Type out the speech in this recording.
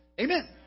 Amen